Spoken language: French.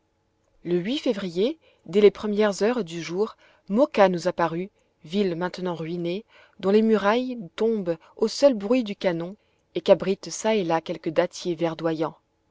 le février dès les premières heures du jour moka nous apparut ville maintenant ruinée dont les murailles tombent au seul bruit du canon et qu'abritent çà et là quelques dattiers verdoyants